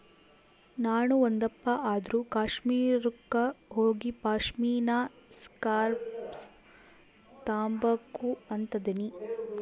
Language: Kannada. ನಾಣು ಒಂದಪ್ಪ ಆದ್ರೂ ಕಾಶ್ಮೀರುಕ್ಕ ಹೋಗಿಪಾಶ್ಮಿನಾ ಸ್ಕಾರ್ಪ್ನ ತಾಂಬಕು ಅಂತದನಿ